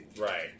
Right